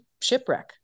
shipwreck